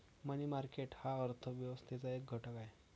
मनी market हा अर्थ व्यवस्थेचा एक घटक आहे